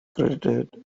credited